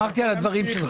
שמחתי על דבריך.